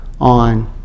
on